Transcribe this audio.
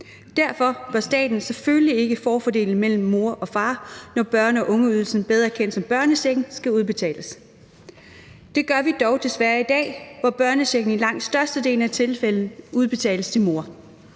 Derfor bør staten selvfølgelig ikke forfordele moren eller faren, når børne- og ungeydelsen, bedre kendt som børnechecken, skal udbetales. Det gør vi dog desværre i dag, hvor børnechecken i langt størstedelen af tilfældene udbetales til moren.